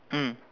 mm